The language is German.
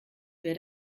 wer